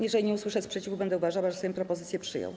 Jeżeli nie usłyszę sprzeciwu, będę uważała, że Sejm propozycję przyjął.